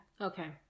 Okay